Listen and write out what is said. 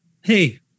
hey